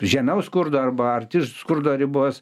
žemiau skurdo arba arti skurdo ribos